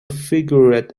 figured